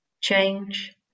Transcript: change